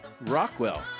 Rockwell